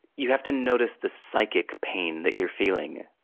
you have to notice the psychic pain that you're feeling,